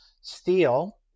Steel